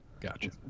gotcha